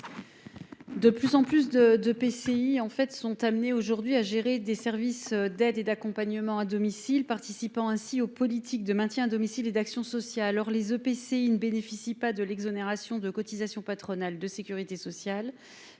intercommunale (EPCI) sont amenés à gérer des services d'aide et d'accompagnement à domicile, participant ainsi aux politiques de maintien à domicile et d'action sociale. Or les EPCI ne bénéficient pas de l'exonération de cotisations patronales de sécurité sociale